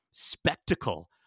spectacle